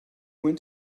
went